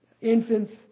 infants